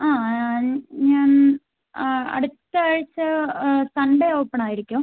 ആ ആ ഞാൻ അടുത്ത ആഴ്ച സൺഡേ ഓപ്പൺ ആയിരിക്കുമോ